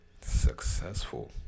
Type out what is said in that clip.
successful